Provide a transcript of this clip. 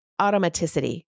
automaticity